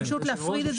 פשוט להפריד את